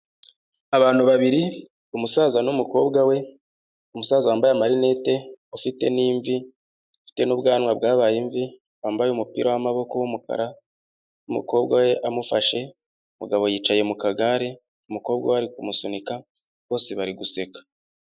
Abantu babiri umusaza n’ umukobwa we. Umusaza wambaye amarinete ufite n’ imvi ufite n’ ubwanwa bwabaye imvi wambaye umupira w’ amaboko w’umukara. Umukobwa we amufashe, umugabo yicaye mu kagare umukobwa we ari kumusubika bose bari guseka.